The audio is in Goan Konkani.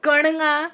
कणगां